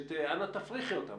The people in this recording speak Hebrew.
שאנא תפריכי אותם.